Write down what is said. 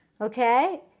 okay